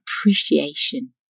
appreciation